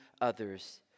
others